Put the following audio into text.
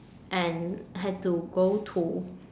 and had to go to